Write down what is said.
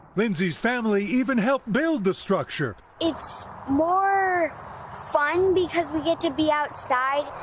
lindsay's family even helped build the structure. it's more fun because we get to be outside.